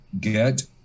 get